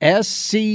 SC